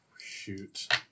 shoot